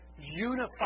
unified